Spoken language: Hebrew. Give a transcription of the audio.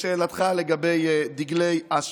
לשאלתך על דגלי אש"ף.